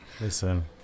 Listen